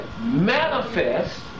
manifest